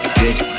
bitch